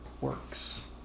works